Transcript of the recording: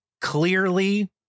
clearly